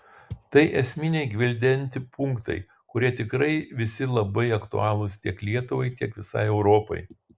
tai esminiai gvildenti punktai kurie tikrai visi labai aktualūs tiek lietuvai tiek visai europai